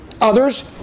Others